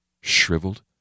shriveled